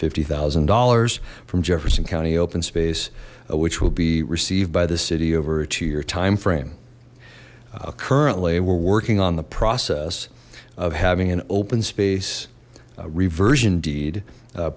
fifty thousand dollars from jefferson county open space which will be received by the city over two year time frame currently we're working on the process of having an open space